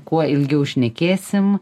kuo ilgiau šnekėsim